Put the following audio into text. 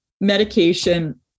medication